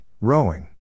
Rowing